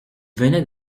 venait